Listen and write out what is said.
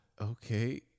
okay